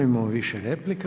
Imamo više replika.